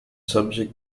subject